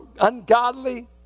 ungodly